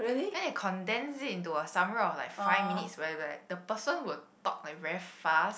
then they condense it into a summary of like five minutes where like the person will talk very fast